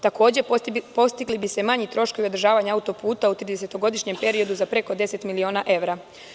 Takođe postigli bi se manji troškovi održavanja auto-puta u tridesetogodišnjem periodu za preko 10 miliona evra.